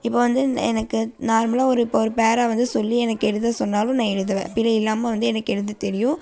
இப்போது வந்து இந்த எனக்கு நார்மலாக ஒரு இப்போது ஒரு பேரா வந்து சொல்லி எனக்கு எழுத சொன்னாலும் நான் எழுதுவேன் பிழையில்லாமல் வந்து எனக்கு எழுத தெரியும்